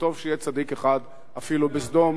וטוב שיהיה צדיק אחד אפילו בסדום.